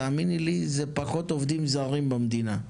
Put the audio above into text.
תאמיני לי זה פחות עובדים זרים במדינה,